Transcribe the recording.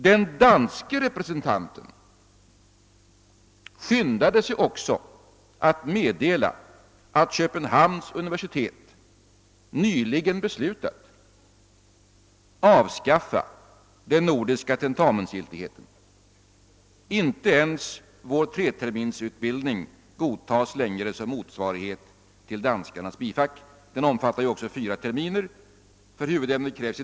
Den danske representanten ——— skyndade sig också att meddela att Köpenhamns «universitet nyligen beslutat avskaffa den nordiska tentamensgiltigheten — inte ens vår treterminsutbildning godtas längre som motsvarighet till danskarnas bifack (den omfattar ju också fyra terminer — för huvudämnet krävs i Danmark som bekant fortfarande 4 års studier!